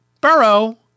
Burrow